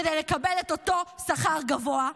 כדי לקבל את אותו שכר גבוה.